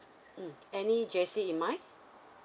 mm any J_C in mind